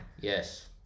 Yes